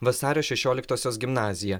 vasario šešioliktosios gimnazija